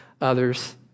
others